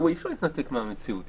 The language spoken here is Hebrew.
אי אפשר להתנתק מהמציאות.